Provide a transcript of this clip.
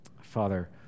Father